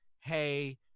Hey